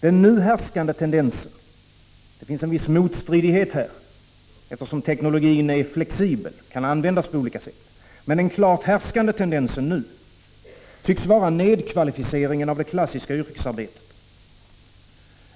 Den nu härskande tendensen — det finns här en viss motstridighet, eftersom teknologin är flexibel och kan användas på olika sätt — tycks vara nedkvalificeringen av det klassiska yrkesarbetet.